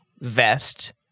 vest